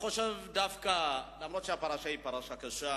דווקא מאחר ששר המשפטים נמצא כאן,